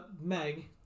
Meg